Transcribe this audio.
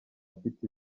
afite